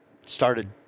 started